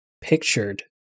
pictured